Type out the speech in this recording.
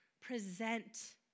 present